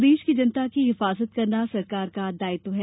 प्रदेश की जनता की हिफाजत करना सरकार का दायित्व है